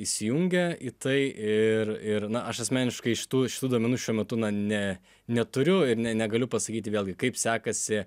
įsijungia į tai ir ir na aš asmeniškai šitų šitų duomenų šiuo metu na ne neturiu ir ne negaliu pasakyti vėlgi kaip sekasi